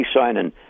signing